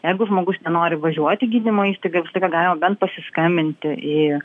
jeigu žmogus nenori važiuot į gydymo įstaigą visą laiką galima bent pasiskambinti į